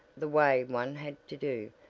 the way one had to do,